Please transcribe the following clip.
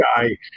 guy